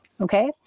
Okay